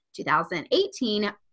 2018